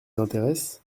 intéresse